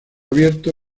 abierto